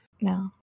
No